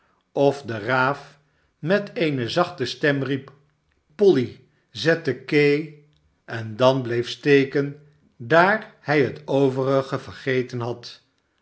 of de raaf met eene zachte stem riep a polly zet de ke en dan bleef steken daar hij het overige vergeten had